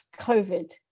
COVID